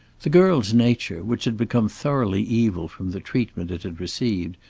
the girl's nature, which had become thoroughly evil from the treatment it had received,